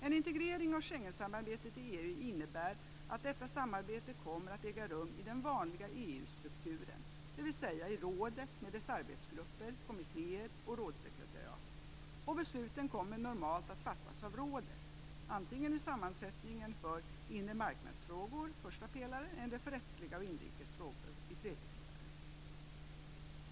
En integrering av Schengensamarbetet i EU innebär att detta samarbete kommer att äga rum i den vanliga EU-strukturen, dvs. i rådet med dess arbetsgrupper, kommittéer och rådssekretariat; och besluten kommer normalt att fattas av rådet, antingen i sammansättningen för inremarknadsfrågor, första pelaren, eller för rättsliga och inrikes frågor, tredje pelaren.